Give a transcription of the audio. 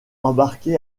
embarqués